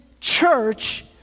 church